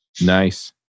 Nice